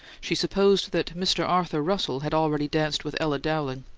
she supposed that mr. arthur russell had already danced with ella dowling.